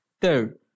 Third